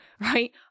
right